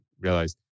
realized